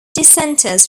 dissenters